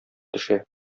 төшә